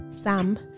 Sam